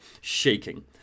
shaking